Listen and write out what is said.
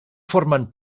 formen